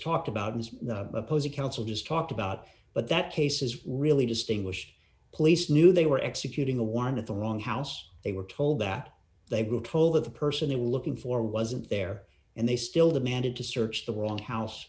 talked about and the opposing counsel just talked about but that case is really distinguished police knew they were executing the one at the wrong house they were told that they were told that the person they were looking for wasn't there and they still demanded to search the wrong house